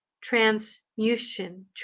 transmutation